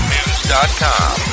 News.com